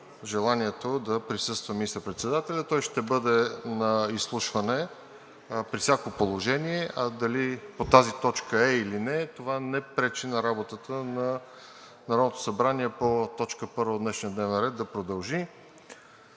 желанието да присъства министър-председателят. Той ще бъде на изслушване при всяко положение. А дали по тази точка е, или не е, това не пречи на работата на Народното събрание по точка първа от днешния дневен ред да продължи.